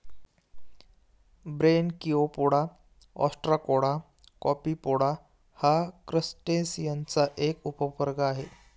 Branchiopoda, ostracoda, copepoda हा क्रस्टेसिअन्सचा एक उपवर्ग आहे